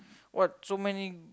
what so many